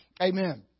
Amen